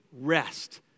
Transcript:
rest